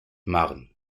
marne